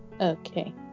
Okay